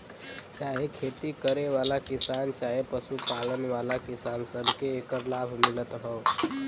चाहे खेती करे वाला किसान चहे पशु पालन वाला किसान, सबके एकर लाभ मिलत हौ